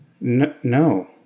No